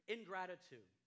Ingratitude